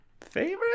favorite